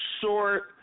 short